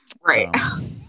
Right